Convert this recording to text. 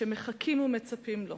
שמחכים ומצפים לו,